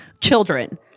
Children